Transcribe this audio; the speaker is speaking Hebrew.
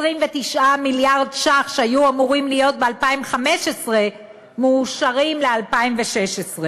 29 מיליארד ש"ח שהיו אמורים להיות ב-2015 מאושרים ל-2016.